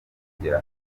kugera